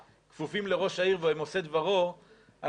כפופים לראש העיר והם עושי דברו --- לא,